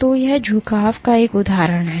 तो यह झुकाव का एक उदाहरण है